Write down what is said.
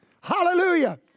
Hallelujah